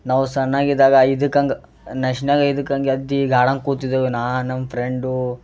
ನಾವು ಸಣ್ಣಗೆ ಇದ್ದಾಗ ಇದಕ್ಕೆ ಹಂಗೆ ನ್ಯಾಷ್ನಲ್ ಇದಕ್ಕೆ ಹಂಗೆ ಗೆದ್ದು ಈಗ ಆಡಂಗೆ ಕೂತಿದ್ದೆವು ನಾನು ನಮ್ಮ ಫ್ರೆಂಡು